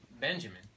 Benjamin